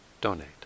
donate